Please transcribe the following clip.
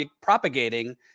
propagating